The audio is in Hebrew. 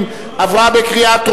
נתקבלה.